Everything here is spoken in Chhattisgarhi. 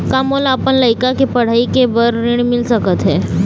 का मोला अपन लइका के पढ़ई के बर ऋण मिल सकत हे?